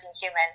human